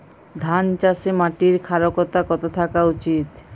ধান চাষে মাটির ক্ষারকতা কত থাকা উচিৎ?